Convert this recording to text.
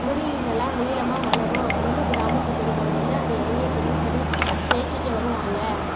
முடி நல்லா நீளமாக வளரும் அப்படினு கிராமத்து பெண்கள் வந்து அந்த எண்ணெயை தினசரி தேய்ச்சிட்டு வருவாங்கள்